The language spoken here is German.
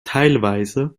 teilweise